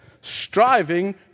striving